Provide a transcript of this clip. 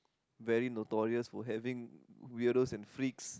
very notorious for having weirdos and freaks